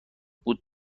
بود